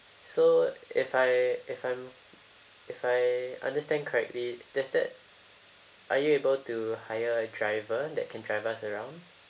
so if I if I'm if I understand correctly does that are you able to hire a driver that can drive us around